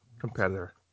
competitor